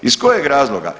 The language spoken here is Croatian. Iz kojeg razloga?